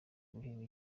guhinga